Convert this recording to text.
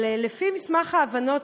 אבל לפי מסמך ההבנות,